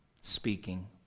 speaking